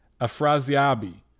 Afraziabi